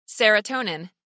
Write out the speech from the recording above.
serotonin